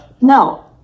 No